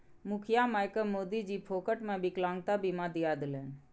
मुनिया मायकेँ मोदीजी फोकटेमे विकलांगता बीमा दिआ देलनि